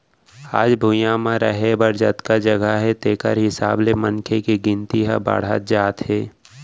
आज भुइंया म रहें बर जतका जघा हे तेखर हिसाब ले मनखे के गिनती ह बाड़हत जात हे